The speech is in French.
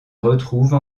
retrouve